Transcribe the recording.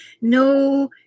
No